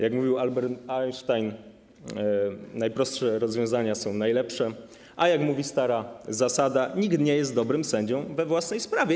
Jak mówił Albert Einstein, najprostsze rozwiązania są najlepsze, a jak mówi stara zasada, nikt nie jest dobrym sędzią we własnej sprawie.